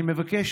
אני מבקש,